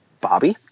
Bobby